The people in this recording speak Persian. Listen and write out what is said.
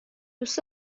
دوست